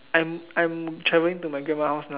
I'm I'm traveling to my grandma's house